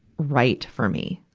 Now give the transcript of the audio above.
right for me.